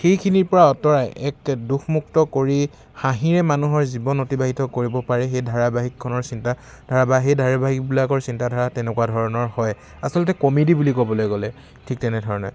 সেইখিনিৰ পৰা আঁতৰাই এক দুখমুক্ত কৰি হাঁহিৰে মানুহৰ জীৱন অতিবাহিত কৰিব পাৰে সেই ধাৰাবাহিকখনৰ চিন্তা ধাৰাবাহি সেই ধাৰাবাহিকবিলাকৰ চিন্তাধাৰা তেনেকুৱা ধৰণৰ হয় আচলতে কমেডী বুলি ক'বলৈ গ'লে ঠিক তেনেধৰণে